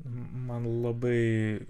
man labai